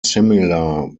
similar